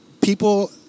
people